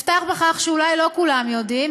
אפתח בכך שאולי לא כולם יודעים,